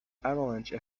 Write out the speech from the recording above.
avalanche